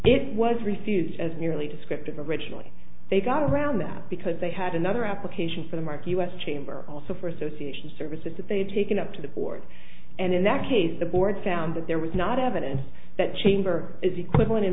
it was refused as nearly descriptive originally they got around that because they had another application for the marc u s chamber also for association services that they had taken up to the board and in that case the board found that there was not evidence that chamber is equivalent